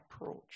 approach